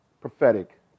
prophetic